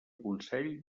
consell